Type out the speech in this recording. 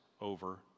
over